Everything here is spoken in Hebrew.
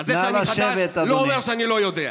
אז זה שאני חדש לא אומר שאני לא יודע.